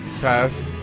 past